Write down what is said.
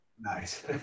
Nice